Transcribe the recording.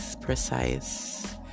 precise